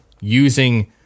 using